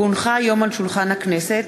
כי הונחה היום על שולחן הכנסת,